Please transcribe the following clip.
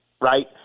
right